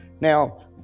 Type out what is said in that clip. Now